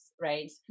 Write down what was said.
right